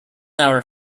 hour